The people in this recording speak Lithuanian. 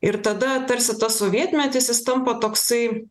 ir tada tarsi tas sovietmetis jis tampa toksai